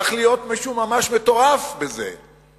צריך להיות מישהו ממש מטורף בשביל זה,